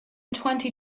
twenty